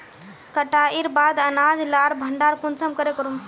कटाईर बाद अनाज लार भण्डार कुंसम करे करूम?